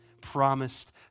promised